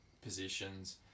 positions